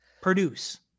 Produce